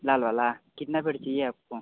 लाल वाला कितना पेड़ चाहिए आपको